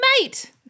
mate